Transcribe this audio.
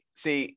see